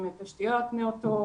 עם תשתיות נאותות,